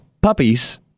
puppies